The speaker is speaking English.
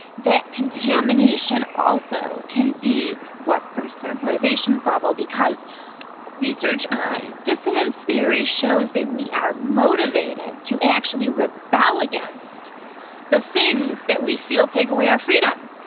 that contamination also can be what bursts our motivation bubble because research on dissonance theory shows that we are motivated to actually rebel against the things that we feel take away our freedom.